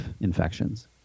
infections